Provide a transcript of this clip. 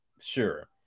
Sure